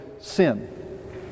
sin